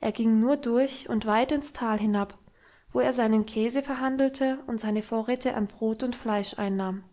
er ging nur durch und weit ins tal hinab wo er seinen käse verhandelte und seine vorräte an brot und fleisch einnahm